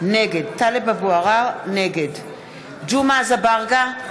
נגד ג'מעה אזברגה,